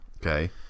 Okay